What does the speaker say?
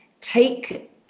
take